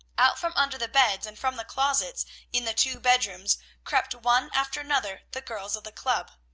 out from under the beds and from the closets in the two bedrooms crept one after another the girls of the club.